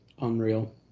unreal